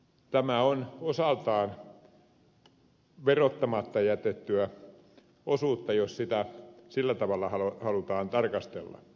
tämä on osaltaan verottamatta jätettyä osuutta jos sitä sillä tavalla halutaan tarkastella